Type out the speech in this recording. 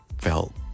felt